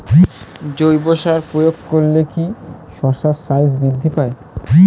জৈব সার প্রয়োগ করলে কি শশার সাইজ বৃদ্ধি পায়?